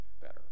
better